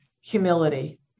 humility